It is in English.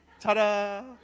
Ta-da